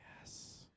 Yes